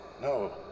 no